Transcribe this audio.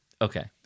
Okay